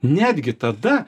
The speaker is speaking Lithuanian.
netgi tada